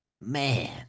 Man